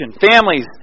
families